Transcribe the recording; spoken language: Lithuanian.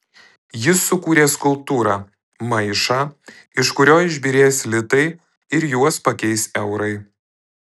jis sukūrė skulptūrą maišą iš kurio išbyrės litai ir juos pakeis eurai